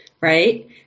Right